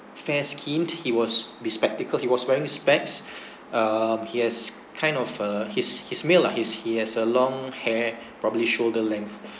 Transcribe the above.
fair skin he was be spectical he was wearing specs um he has kind of uh his his male lah his he has a long hair probably shoulder length